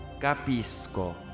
Capisco